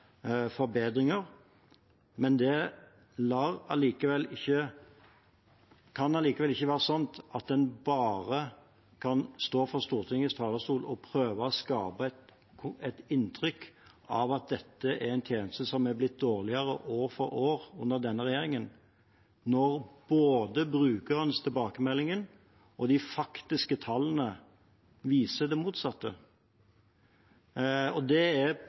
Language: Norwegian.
forbedringer, men det kan allikevel ikke være slik at en bare kan stå på Stortingets talerstol og prøve å skape et inntrykk av at dette er en tjeneste som har blitt dårligere år for år under denne regjeringen, når både brukernes tilbakemeldinger og de faktiske tallene viser det motsatte. Vi er